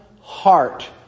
heart